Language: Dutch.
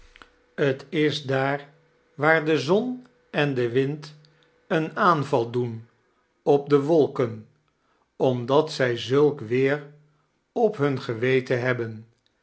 t is daar waar de zon en de wind een aanval doen op de wolken omdat zij zulk wieer op bun geweten hebben